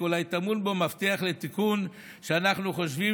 כי אולי טמון בו מפתח לתיקון שאנחנו חושבים